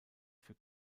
für